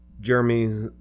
Jeremy